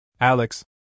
Alex